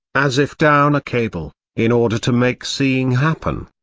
as if down a cable, in order to make seeing happen.